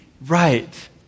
Right